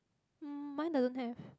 um mine doesn't have